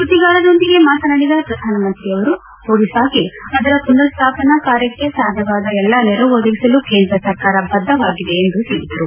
ಸುದ್ದಿಗಾರರೊಂದಿಗೆ ಮಾತನಾಡಿದ ಪ್ರಧಾನಮಂತ್ರಿ ಅವರು ಒಡಿಶಾಗೆ ಅದರ ಮನರ್ ಸ್ವಾಪನಾ ಕಾರ್ಯಕ್ಕೆ ಸಾಧ್ಯವಾದ ಎಲ್ಲಾ ನೆರವು ಒದಗಿಸಲು ಕೇಂದ್ರ ಸರ್ಕಾರ ಬದ್ದವಾಗಿದೆ ಎಂದು ಹೇಳಿದರು